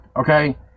okay